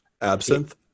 Absinthe